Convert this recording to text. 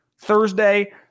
Thursday